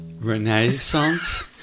Renaissance